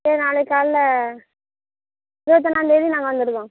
சரி நாளைக்கு காலைல இருபத்தொன்னாந்தேதி நாங்கள் வந்துடுதோம்